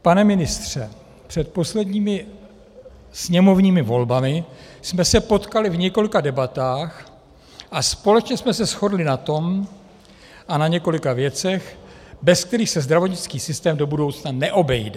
Pane ministře, před posledními sněmovními volbami jsme se potkali v několika debatách a společně jsme se shodli na tom, na několika věcech, bez kterých se zdravotnický systém do budoucna neobejde.